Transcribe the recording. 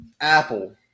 apple